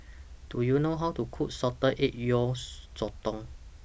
Do YOU know How to Cook Salted Egg Yolk Sotong